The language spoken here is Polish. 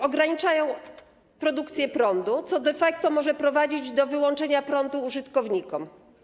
Ograniczają produkcję prądu, co de facto może prowadzić do wyłączenia prądu użytkownikom.